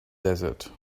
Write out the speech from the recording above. desert